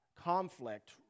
conflict